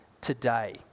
today